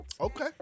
Okay